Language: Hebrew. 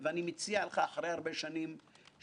בשימועים שהיו כאן,